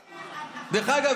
נתניהו,